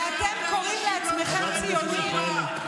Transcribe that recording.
ואתם קוראים לעצמכם ציונים?